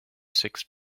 six